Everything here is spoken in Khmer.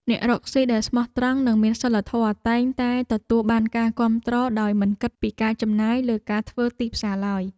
អ្នករកស៊ីដែលស្មោះត្រង់និងមានសីលធម៌តែងតែទទួលបានការគាំទ្រដោយមិនគិតពីការចំណាយលើការធ្វើទីផ្សារឡើយ។